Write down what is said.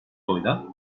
oyla